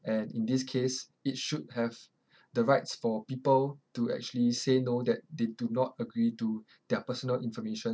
and in this case it should have the rights for people to actually say no that they do not agree to their personal information